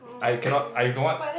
I cannot I don't want